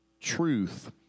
Truth